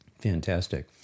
Fantastic